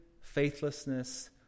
faithlessness